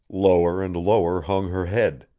lower and lower hung her head,